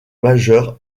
majeur